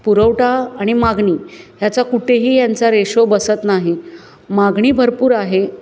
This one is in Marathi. पुरवठा आणि मागणी ह्याचा कुठेही यांचा रेशियो बसत नाही मागणी भरपूर आहे